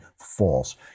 false